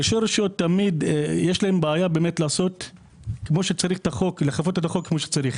לראשי הרשויות תמיד יש בעיה לעשות את החוק כמו שצריך.